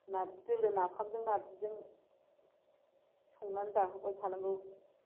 नारजि दोलो नाफामजों नारजिजों नाफामजों नारजिजों संनानै जाहोबाय थानांगौ